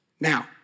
Now